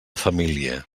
família